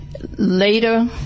later